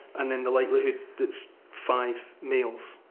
and then the likelihood that it's five males.